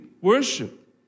worship